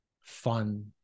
fun